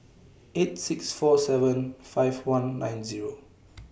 eight six four seven five one nine Zero